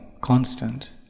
constant